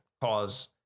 cause